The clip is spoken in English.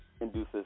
induces